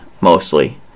mostly